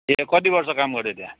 ए कति वर्ष काम गऱ्यो त्यहाँ